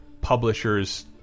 publisher's